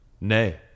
Nay